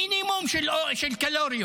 מינימום של קלוריות.